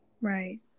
Right